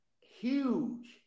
Huge